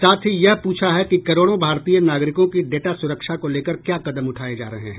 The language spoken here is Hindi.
साथ ही यह पूछा है कि करोड़ों भारतीय नागरिकों की डाटा सुरक्षा को लेकर क्या कदम उठाये जा रहे हैं